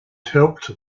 helped